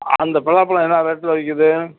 அந்த பலாப் பழம் என்ன ரேட்டில் விற்கிது